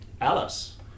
Alice